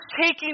taking